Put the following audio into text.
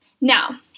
Now